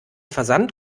versand